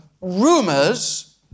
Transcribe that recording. rumors